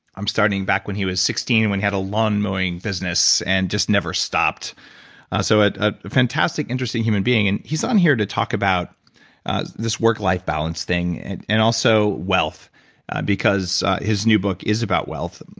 i'm starting back when he was sixteen when he had a lawn mowing business and just never stopped so a fantastic interesting human being and he's on here to talk about this work life balance thing and also wealth because his new book is about wealth.